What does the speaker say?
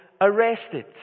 arrested